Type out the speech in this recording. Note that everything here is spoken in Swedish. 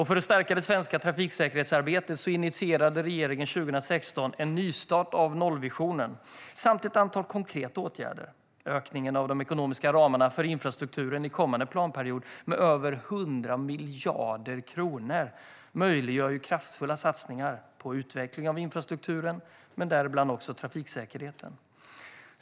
För att stärka svenskt trafiksäkerhetsarbete initierade regeringen 2016 en nystart av nollvisionen samt ett antal konkreta åtgärder. Ökningen av de ekonomiska ramarna med över 100 miljarder kronor för infrastrukturen under kommande planperiod möjliggör för kraftfulla satsningar på utveckling av infrastrukturen och däribland trafiksäkerheten.